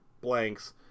blanks